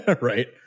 right